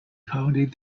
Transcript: founded